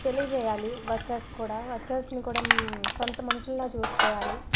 తెలియజేయాలి వర్కర్స్ కూడా వర్కర్స్ని కూడా సొంత మనుషుల్లా చూసుకోవాలి